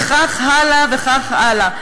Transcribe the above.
וכך הלאה וכך הלאה.